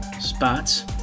spots